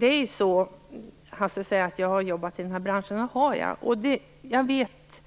Hans Stenberg säger att jag har jobbat i den här branschen, och det har jag. Jag vet